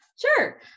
Sure